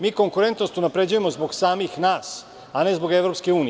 Mi konkretnost unapređujemo zbog samih nas, a ne zbog EU.